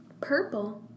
purple